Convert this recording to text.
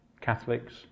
Catholics